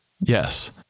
Yes